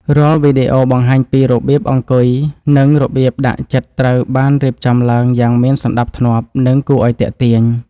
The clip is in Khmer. រាល់វីដេអូបង្ហាញពីរបៀបអង្គុយនិងរបៀបដាក់ចិត្តត្រូវបានរៀបចំឡើងយ៉ាងមានសណ្តាប់ធ្នាប់ និង គួរឱ្យទាក់ទាញ។